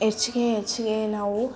ಹೆಚ್ಗೆ ಹೆಚ್ಗೆ ನಾವು